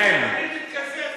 אני מתקזז.